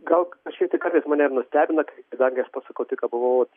gal kažkiek tai kartais mane ir nustebina kadangi aš pats sakau tik ką buvau